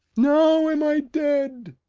now am i dead,